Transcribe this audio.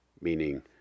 meaning